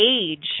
age